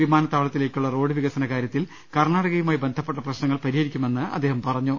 V മാനത്താവളത്തിലേക്കുള്ള road വികസന കാര്യത്തിൽ കർണാടകയുമായി ബന്ധപ്പെട്ട പ്രശ്നങ്ങൾ പരിഹരിക്കുമെന്ന് അദ്ദേഹം പറഞ്ഞു